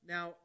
Now